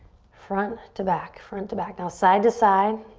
front to back. front to back. now, side to side.